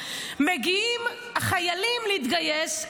מגיעים חיילים להתגייס,